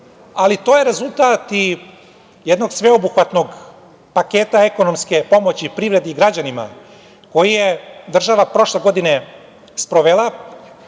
ali to je rezultat i jednog sveobuhvatnog paketa ekonomske pomoći privredi i građanima koji je država prošle godine sprovela,